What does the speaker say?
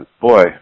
Boy